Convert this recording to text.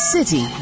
City